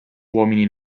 uomini